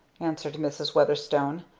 answered mrs. weatherstone.